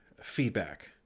feedback